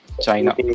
China